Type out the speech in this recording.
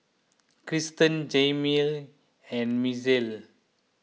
Kristen Jaimie and Misael